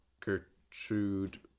Gertrude